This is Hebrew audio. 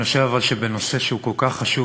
אבל אני חושב שבנושא שהוא כל כך חשוב,